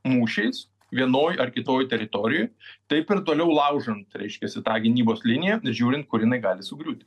mūšiais vienoj ar kitoj teritorijoj taip ir toliau laužant reiškiasi tą gynybos liniją žiūrint kur jinai gali sugriūti